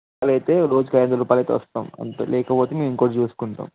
అలా అయితే రోజుకు ఐదు వందల రూపాయలయితే వస్తాము అంతే లేకపోతే మేము ఇంకొకటి చూసుకుంటాము